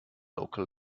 local